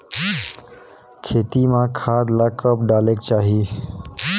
खेती म खाद ला कब डालेक चाही?